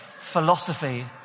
philosophy